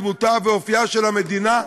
דמותה ואופייה של המדינה?